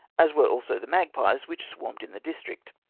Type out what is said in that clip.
as were also the magpies, which swarmed in the district.